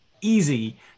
easy